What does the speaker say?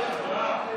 מה הוא